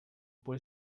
por